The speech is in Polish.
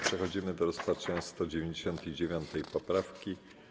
Przechodzimy do rozpatrzenia 199. poprawki.